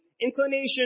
inclination